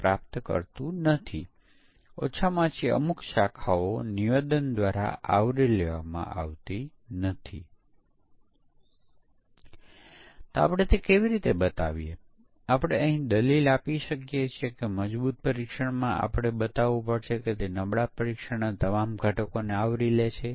તેથી પ્રોગ્રામ સમકક્ષ વર્ગના દરેક ઇનપુટ મૂલ્ય માટે સમાન રીતે વર્તે છે